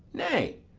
nay,